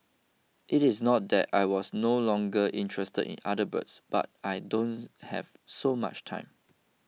it is not that I was no longer interested in other birds but I don't have so much time